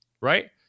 right